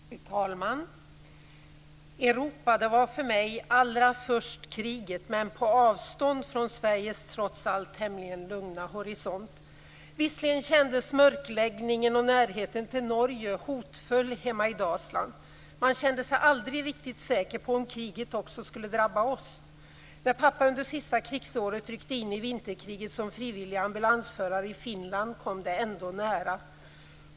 Fru talman! Europa var för mig allra först kriget, men det var på avstånd från Sveriges trots allt tämligen lugna horisont. Mörkläggningen och närheten till Norge kändes förvisso hotfull hemma i Dalsland. Man kände sig aldrig riktigt säker på om kriget också skulle drabba oss. När pappa under sista krigsåret ryckte in i vinterkriget som frivillig ambulansförare i Finland kom det ändå nära.